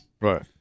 Right